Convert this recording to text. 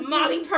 Molly